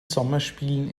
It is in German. sommerspielen